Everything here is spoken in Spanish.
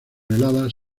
heladas